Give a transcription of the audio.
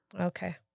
Okay